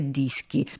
dischi